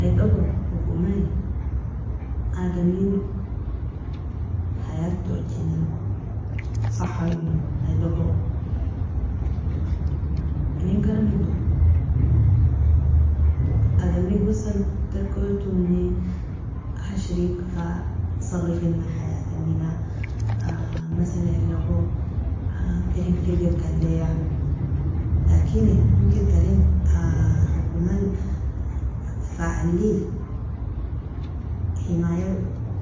Idogo hokomai adamrin hayat tojinan sahimo idogo, eninkaramido adamiri hosan tarko tonji ashirig fa sarifina hayatiniga, masalenilogo tarin firgaka aleia, lakini momkin tarin hokoman fa alie himaya